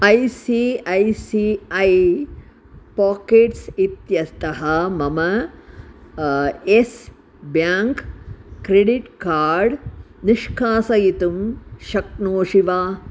I C I C I pockets इत्यस्तः मम Yes Bank credit card निष्कासयितुं शक्नोषि वा